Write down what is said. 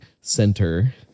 center